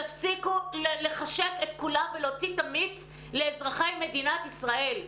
תפסיקו לחשק את כולם ולהוציא את המיץ לאזרחי מדינת ישראל.